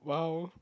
!wow!